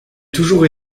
toujours